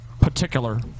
Particular